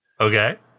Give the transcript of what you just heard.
Okay